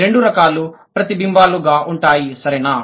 ఈ రెండు రకాలు OV VO ప్రతిబింబాలుగా ఉంటాయి సరేనా